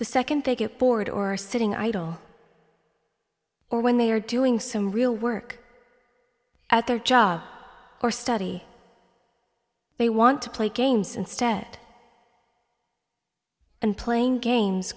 the second they get bored or are sitting idle or when they are doing some real work at their job or study they want to play games instead and playing games